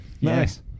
Nice